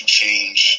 change